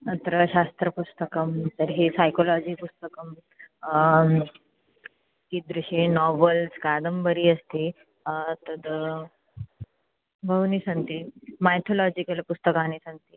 अत्र शास्त्रपुस्तकं तर्हि सैकलोजिपुस्तकं कीदृशी नावल्स् कादम्बरी अस्ति तद् बहूनि सन्ति मैथलाजिकल् पुस्तकानि सन्ति